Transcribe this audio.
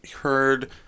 heard